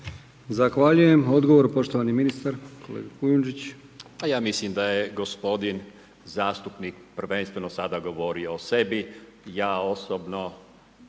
Zahvaljujem. Odgovor poštovani ministar, kolega Kujundžić. **Kujundžić, Milan (HDZ)** Pa ja mislim da je gospodin zastupnik prvenstveno sada govorio o sebi. Ja osobno